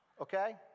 Okay